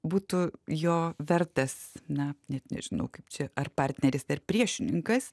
būtų jo vertas na net nežinau kaip čia ar partneris ar priešininkas